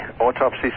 autopsy